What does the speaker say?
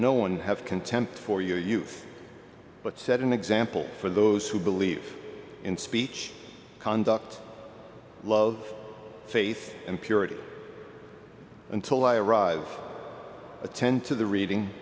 no one have contempt for your youth but set an example for those who believe in speech conduct love faith and purity until i arrive attend to the reading